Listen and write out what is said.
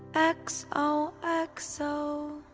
x, o, x. so.